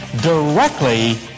directly